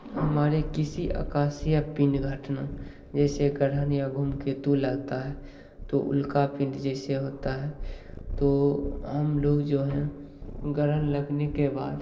हमारे किसी आकाशीय पिंड घटना जैसे ग्रहण या धूमकेतु लगता है तो उल्का पिंड जैसे होता है तो हम लोग जो हैं ग्रहण लगने के बाद